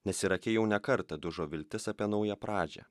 nes irake jau ne kartą dužo viltis apie naują pradžią